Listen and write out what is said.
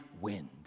wind